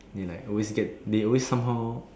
they like always get they always somehow